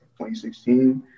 2016